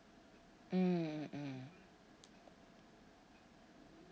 mm mm